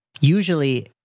usually